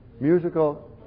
musical